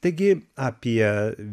taigi apie